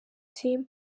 team